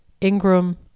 Ingram